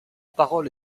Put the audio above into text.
parole